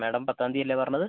madam പത്താം തീയതി അല്ലേ പറഞ്ഞത്